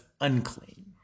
unclean